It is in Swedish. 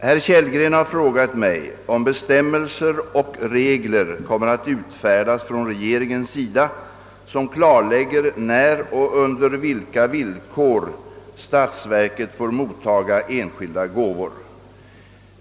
Herr Kellgren har frågat mig, om bestämmelser och regler kommer att utfärdas från regeringens sida som klarlägger när och under vilka villkor statsverket får mottaga enskilda gåvor.